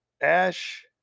Ash